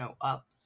up